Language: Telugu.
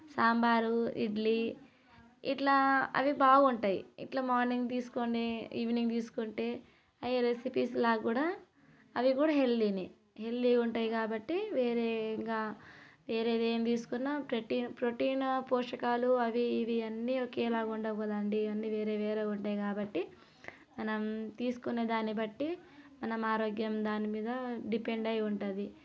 సాంబారు ఇడ్లీ ఇట్లా అవి బాగుంటాయి ఇట్లా మార్నింగ్ తీసుకొని ఈవినింగ్ తీసుకుంటే అవి రెసిపీస్లాగా కూడా అవి కూడా హెల్తీనే హెల్తీగా ఉంటాయి కాబట్టి వేరే ఇంకా వేరే ఏం తీసుకున్న ప్రోటీన్ ప్రోటీన్ పోషకాలు అవి ఇవి అన్ని ఒకేలా ఉండకూడదండి అన్ని వేరే వేరేగా ఉంటాయి కాబట్టి మనం తీసుకునే దాన్నిబట్టి మనం ఆరోగ్యం దాని మీద డిపెండ్ అయ్యి ఉంటుంది